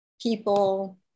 people